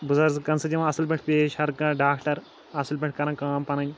بُزَرگَن سۭتۍ یِوان اصٕل پٲٹھۍ پیش ہَر کانٛہہ ڈاکٹَر اصٕل پٲٹھۍ کَران کٲم پَنٕنۍ